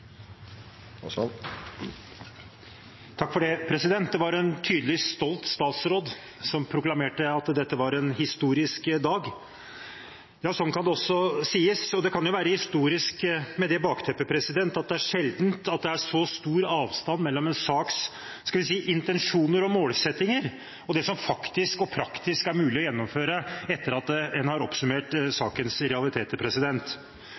også sies. Og det kan jo være historisk, med det bakteppet at det er sjelden det er så stor avstand mellom en saks – skal vi si – intensjoner og målsettinger og det som faktisk og praktisk er mulig å gjennomføre etter at en har oppsummert